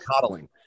coddling